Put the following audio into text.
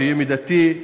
שיהיה מידתי,